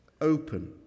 open